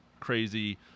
Crazy